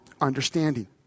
understanding